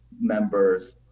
members